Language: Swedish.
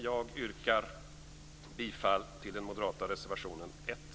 Jag yrkar bifall till den moderata reservationen nr 1.